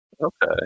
Okay